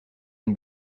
une